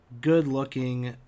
good-looking